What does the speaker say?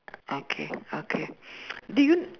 okay okay do you